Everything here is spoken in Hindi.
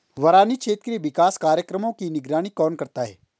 बरानी क्षेत्र के विकास कार्यक्रमों की निगरानी कौन करता है?